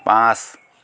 পাঁচ